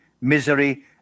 misery